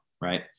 Right